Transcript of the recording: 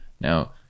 Now